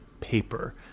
paper